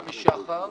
עמי שחר,